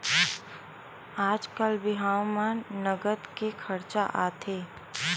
आजकाल बिहाव म नँगत के खरचा आथे